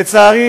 לצערי,